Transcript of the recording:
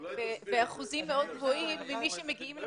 ובאחוזים מאוד גבוהים ממי שמגיעים ב'מסע'